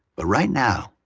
but right now,